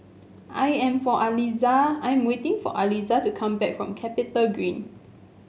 I am for Aliza I'm waiting for Aliza to come back from CapitaGreen